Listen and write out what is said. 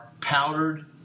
powdered